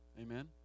Amen